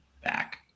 back